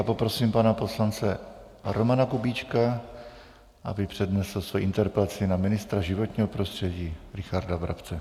Poprosím pana poslance Romana Kubíčka, aby přednesl svoji interpelaci na ministra životního prostředí Richarda Brabce.